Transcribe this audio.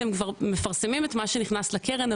אתם מפרסמים את מה שנכנס לקרן,